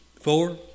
Four